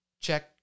Check